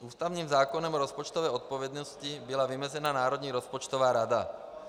Ústavním zákonem o rozpočtové odpovědnosti byla vymezena Národní rozpočtová rada.